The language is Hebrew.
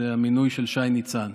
המינוי של שי ניצן.